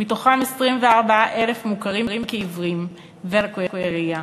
ו-24,000 מהם מוכרים כעיוורים ולקויי ראייה.